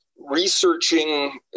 researching